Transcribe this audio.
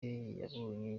wayoboye